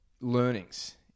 learnings